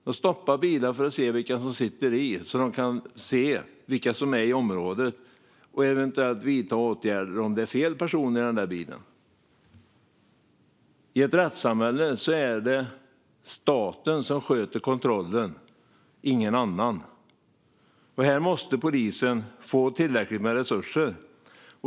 De stoppar bilar för att se vilka som sitter i så att de kan se vilka som är i området och eventuellt vidta åtgärder om det är fel personer i bilen. I ett rättssamhälle är det staten som sköter kontrollen, ingen annan. Här måste polisen få tillräckligt med resurser.